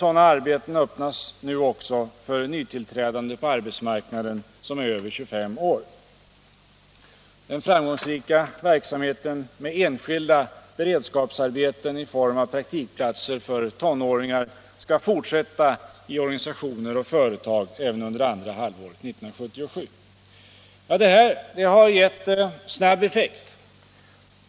Sådana arbeten öppnas nu också för nytillträdande på arbetsmarknaden som är över 25 år. Den framgångsrika verksamheten med enskilda beredskapsarbeten i form av praktikplatser för tonåringar skall fortsätta i organisationer och företag även under andra halvåret 1977. Detta har gett snabb effekt.